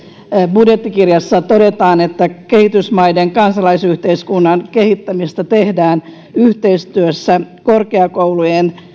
budjettikirjassa todetaan että kehitysmaiden kansalaisyhteiskunnan kehittämistä tehdään yhteistyössä korkeakoulujen